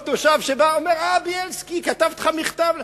כל תושב שבא אמר: אה, בילסקי, כתבתי לך מכתב,